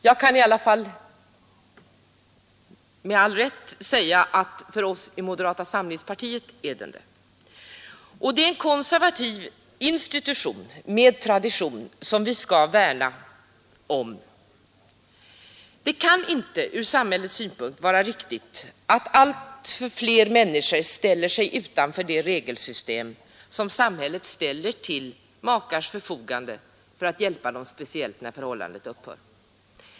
Jag kan i alla fall med all rätt säga att för oss i moderata samlingspartiet är äktenskapet en konservativ institution med tradition som vi skall värna om. Det kan inte ur samhällets synpunkt vara riktigt att allt fler människor placerar sig utanför det regelsystem som samhället ställer till makars förfogande för att hjälpa dem speciellt när förhållandet upphör.